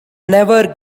never